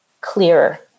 clearer